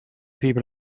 people